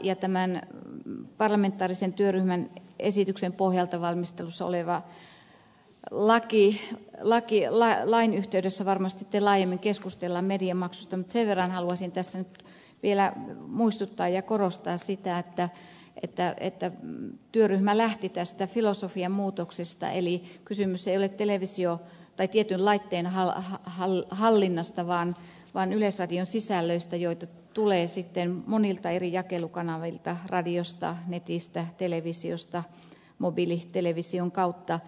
tämän parlamentaarisen työryhmän esityksen pohjalta valmistelussa olevan lain yhteydessä varmasti laajemmin keskustellaan mediamaksusta mutta sen verran haluaisin tässä nyt muistuttaa ja korostaa sitä että työryhmä lähti tästä filosofiamuutoksesta eli kysymys ei ole tietyn laitteen hallinnasta vaan yleisradion sisällöistä joita tulee monilta eri jakelukanavilta radiosta netistä televisiosta mobiilitelevision kautta